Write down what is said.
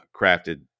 crafted